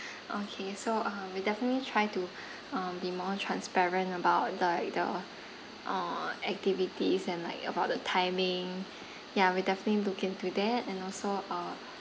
okay so uh we'll definitely try to um be more transparent about like the uh activities and like about the timing ya we'll definitely look into that and also uh